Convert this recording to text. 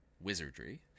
wizardry